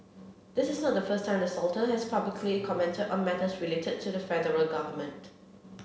this is not the first time the sultan has publicly commented on matters related to the federal government